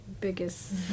biggest